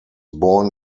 born